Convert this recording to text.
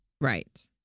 Right